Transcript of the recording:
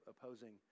opposing